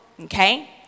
okay